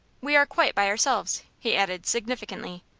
we are quite by ourselves, he added, significantly.